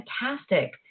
fantastic